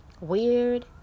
Weird